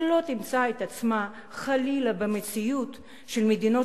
שלא תמצא את עצמה חלילה במציאות של מדינות